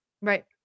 Right